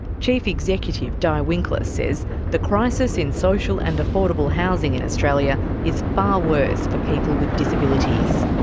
chief executive di winkler says the crisis in social and affordable housing in australia is far worse for people with disabilities.